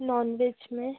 non veg में